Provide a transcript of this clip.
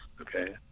okay